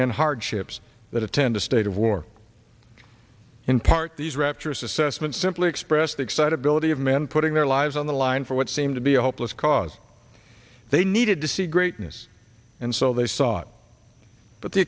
and hardships that attend a state of war in part these rapturous assessments simply express the excitability of men putting their lives on the line for what seemed to be a hopeless cause they needed to see greatness and so they sought but the